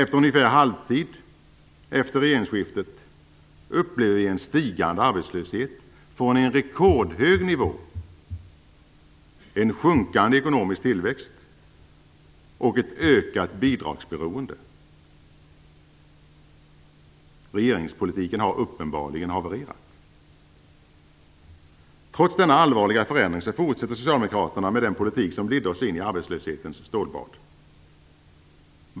Vid ungefär halvtid efter regeringsskiftet upplever vi en stigande arbetslöshet, en från en rekordhög nivå sjunkande ekonomisk tillväxt och ett ökat bidragsberoende. Regeringspolitiken har uppenbarligen havererat. Trots denna allvarliga förändring fortsätter Socialdemokraterna med den politik som ledde oss in i arbetslöshetens stålbad.